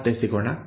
ಮತ್ತೆ ಸಿಗೋಣ